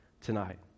tonight